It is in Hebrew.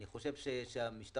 אני חושב שהמשטרה,